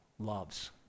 Loves